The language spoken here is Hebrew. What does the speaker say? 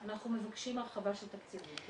אנחנו מבקשים הרחבה של תקציבים.